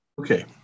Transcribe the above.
Okay